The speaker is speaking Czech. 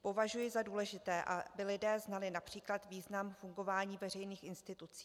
Považuji za důležité, aby lidé znali například význam fungování veřejných institucí.